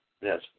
Yes